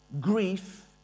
grief